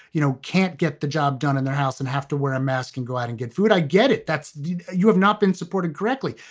you know, can't get the job done in their house and have to wear a mask and go out and get food. i get it. that's you you have not been supported correctly,